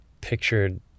pictured